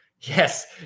Yes